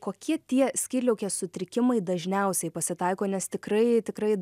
kokie tie skydliaukės sutrikimai dažniausiai pasitaiko nes tikrai tikrai